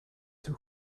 too